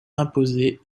imposée